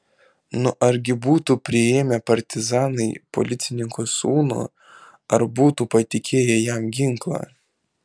na argi būtų priėmę partizanai policininko sūnų ar būtų patikėję jam ginklą